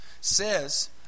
says